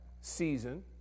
season